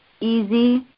easy